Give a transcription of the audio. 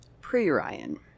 pre-Ryan